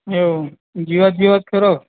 એવું જીવાત બીવાત ખરો